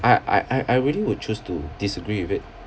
I I I I really would choose to disagree with it